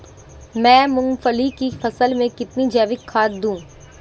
मैं मूंगफली की फसल में कितनी जैविक खाद दूं?